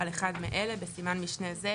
על אחד מאלה (בסימן משנה זה,